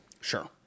sure